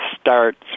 starts